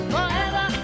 Forever